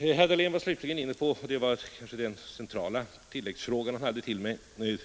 Herr Dahlén var slutligen inne på — och det var kanske hans centrala tilläggsfråga till mig — min